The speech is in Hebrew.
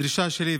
הדרישה שלי,